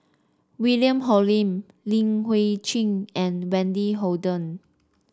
William Hoalim Li Hui Cheng and Wendy Hutton